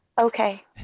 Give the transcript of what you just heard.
Okay